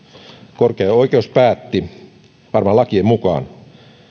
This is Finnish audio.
korkein oikeus päätti varmaan lakien mukaan